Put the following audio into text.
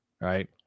right